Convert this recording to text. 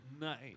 Nice